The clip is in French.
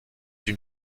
une